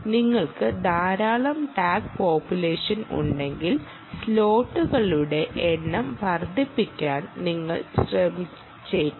നിങ്ങൾക്ക് ധാരാളം tag population ഉണ്ടെങ്കിൽ സ്ലോട്ടുകളുടെ എണ്ണം വർദ്ധിപ്പിക്കാൻ നിങ്ങൾ ആഗ്രഹിച്ചേക്കാം